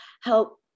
help